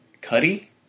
Cuddy